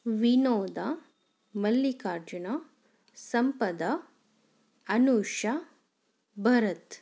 Vinoda Mallikarjuna Sampada Anusha Bharat